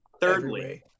Thirdly